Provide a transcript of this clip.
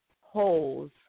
holes